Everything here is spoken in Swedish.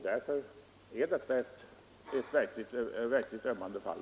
Därför är de exempel jag gett verkligt ömmande fall.